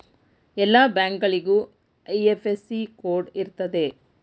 ಎಲ್ಲ ಬ್ಯಾಂಕ್ಗಳಿಗೂ IFSC code ಇರ್ತದೆ